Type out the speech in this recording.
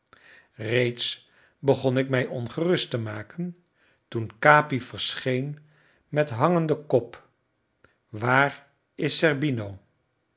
reeds begon ik mij ongerust te maken toen capi verscheen met hangenden kop waar is